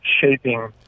shaping